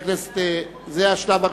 זה השלב הראשון.